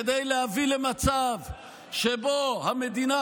כדי להביא למצב שבו המדינה,